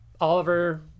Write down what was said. Oliver